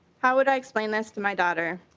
how would i explain this to my daughter?